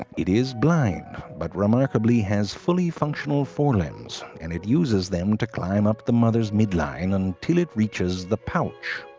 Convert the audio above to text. it is blind, but remarkably has fully functional forelimbs and it uses them to climb up the mothers mid-line and till it reaches the pouch.